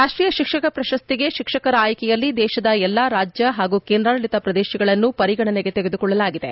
ರಾಷ್ಷೀಯ ಶಿಕ್ಷಕ ಶ್ರಶಸ್ತಿಗೆ ಶಿಕ್ಷಕರುಗಳ ಆಯ್ಕೆಯಲ್ಲಿ ದೇಶದ ಎಲ್ಲ ರಾಜ್ಯ ಹಾಗೂ ಕೇಂದ್ರಾಡಳತ ಪ್ರದೇಶಗಳ ಶಿಕ್ಷಕರುಗಳನ್ನು ಪರಿಗಣನೆಗೆ ತೆಗೆದುಕೊಳ್ಳಲಾಗಿದೆ